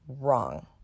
wrong